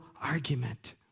argument